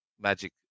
magic